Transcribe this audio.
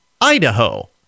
Idaho